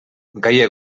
gaia